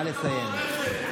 נא לסיים.